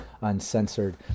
Uncensored